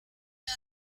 los